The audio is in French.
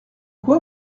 quoi